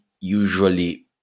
usually